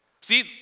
See